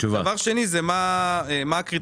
דבר שני: מה הקריטריונים?